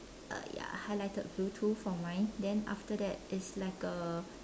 uh ya highlighted blue too for mine then after that it's like a